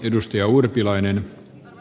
arvoisa puhemies